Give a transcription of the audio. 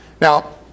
Now